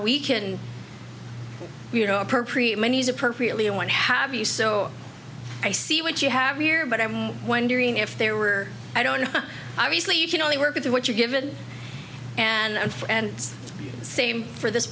we can you know appropriate monies appropriately and when have you so i see what you have here but i'm wondering if there were i don't know obviously you can only work with what you're given and for and same for this